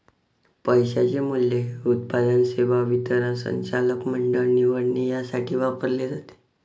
पैशाचे मूल्य हे उत्पादन, सेवा वितरण, संचालक मंडळ निवडणे यासाठी वापरले जाते